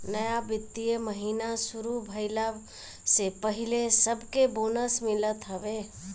नया वित्तीय महिना शुरू भईला से पहिले सबके बोनस मिलत हवे